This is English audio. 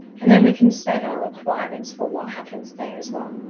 and then, we can set our requirements for what happens there as well.